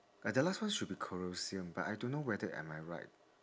and the last one should be colosseum but I don't know whether am I right